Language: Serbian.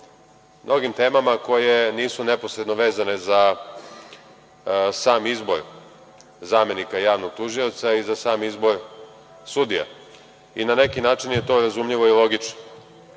mnogim temama koje nisu neposredno vezane za sam izbor zamenika javnog tužioca i za sam izbor sudija i na neki način je to razumljivo i logično.